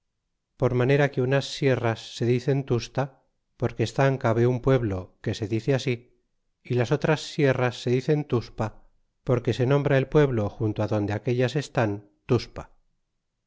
por manera que unas sierras se dicen tusta porque estan cabe un pueblo que se dice así y las otras sierras se dicen tuspa porque se nombra el pueblo junto adonde aquellas estan tuspa